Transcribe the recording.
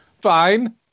Fine